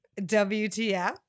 WTF